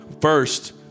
first